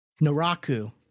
Naraku